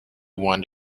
want